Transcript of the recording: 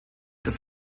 das